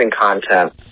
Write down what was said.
content